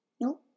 No